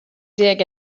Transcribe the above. dig